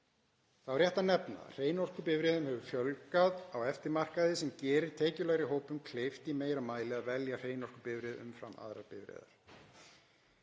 Þá er rétt að nefna að hreinorkubifreiðum hefur fjölgað á eftirmarkaði sem gerir tekjulægri hópum kleift í meira mæli að velja hreinorkubifreið umfram aðrar bifreiðar.